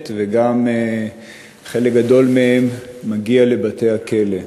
וחלק גדול מהם גם מגיע לבתי-הכלא.